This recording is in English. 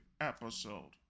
episode